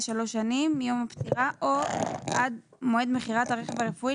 שלוש שנים מיום הפטירה או עד מועד מכירת הרכב הרפואי,